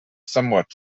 somewhat